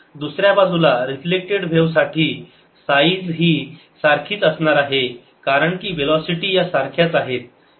दुसऱ्या बाजूला reflected wave साठी साइज हि सारखीच असणार आहे कारण की वेलोसिटी या सारख्याच आहेत